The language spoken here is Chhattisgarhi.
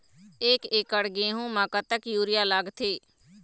एक एकड़ गेहूं म कतक यूरिया लागथे?